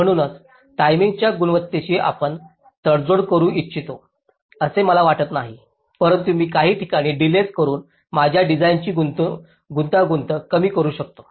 म्हणूनच टाईमच्या गुणवत्तेशी आपण तडजोड करू इच्छित असे मला वाटत नाही परंतु मी काही ठिकाणी डिलेज करुन माझ्या डिझाइनची गुंतागुंत कमी करू शकतो